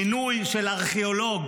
מינוי של ארכיאולוג,